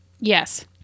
Yes